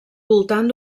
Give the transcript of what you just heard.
voltant